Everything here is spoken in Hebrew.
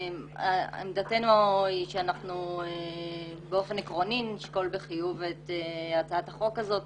עמדתנו היא שאנחנו באופן עקרוני נשקול בחיוב את הצעת החוק הזאת.